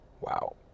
Wow